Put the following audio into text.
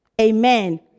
Amen